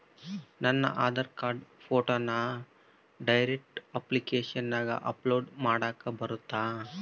ನನ್ನ ಆಧಾರ್ ಕಾರ್ಡ್ ಫೋಟೋನ ಡೈರೆಕ್ಟ್ ಅಪ್ಲಿಕೇಶನಗ ಅಪ್ಲೋಡ್ ಮಾಡಾಕ ಬರುತ್ತಾ?